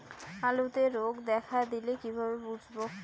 আলুতে রোগ দেখা দিলে কিভাবে বুঝবো?